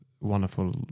wonderful